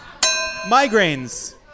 Migraines